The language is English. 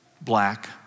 black